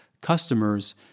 customers